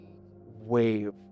wave